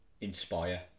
inspire